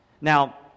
Now